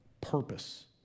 purpose